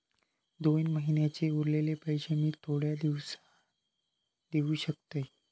दोन महिन्यांचे उरलेले पैशे मी थोड्या दिवसा देव शकतय?